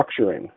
structuring